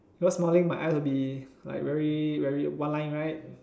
because smiling my eyes will be like very very one line right